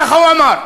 ככה הוא אמר.